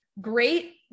great